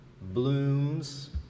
blooms